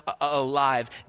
alive